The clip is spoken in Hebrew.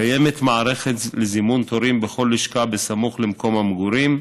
קיימת מערכת לזימון תורים בכל לשכה סמוך למקום המגורים,